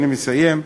אני מסיים.